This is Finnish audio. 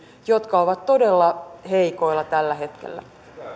jotka ovat todella heikoilla tällä hetkellä